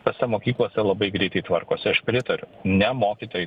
tose mokyklose labai greitai tvarkosi aš pritariu ne mokytojai